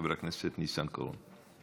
חבר הכנסת ניסנקורן.